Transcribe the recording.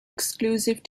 exclusive